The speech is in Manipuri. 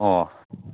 ꯑꯣ